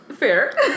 Fair